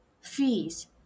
fees